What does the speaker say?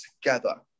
together